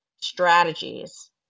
strategies